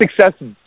success